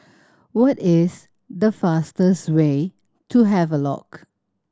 what is the fastest way to Havelock